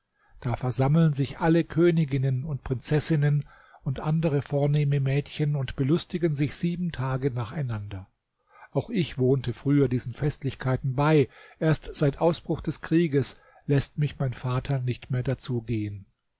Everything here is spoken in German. da versammeln sich alle königinnen und prinzessinnen und andere vornehme mädchen und belustigen sich sieben tage nacheinander auch ich wohnte früher diesen festlichkeiten bei erst seit ausbruch des krieges läßt mich mein vater nicht mehr dazu gehen